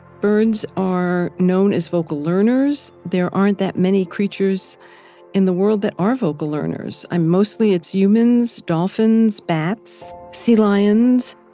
birds are known as vocal learners. learners. there aren't that many creatures in the world that are vocal learners. mostly it's humans, dolphins, bats, sea lions.